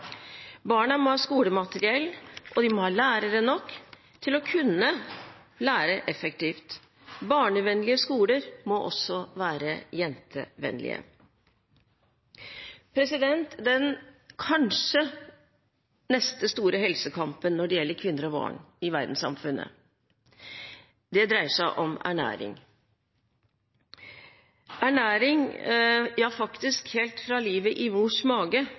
Barna må ha skolemateriell, og de må ha lærere nok til å kunne lære effektivt. Barnevennlige skoler må også være jentevennlige. Det som kanskje er den neste store helsekampen når det gjelder kvinner og barn i verdenssamfunnet, dreier seg om ernæring. Ernæring, faktisk helt fra livet i